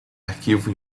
arquivo